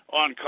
on